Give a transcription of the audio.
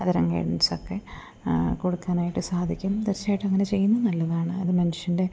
അത്തരം ഗൈഡൻസൊക്കെ കൊടുക്കാനായിട്ട് സാധിക്കും തീർച്ചയായിട്ട് അങ്ങനെ ചെയ്യുന്നത് നല്ലതാണ് അത് മനുഷ്യൻ്റെ